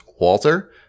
Walter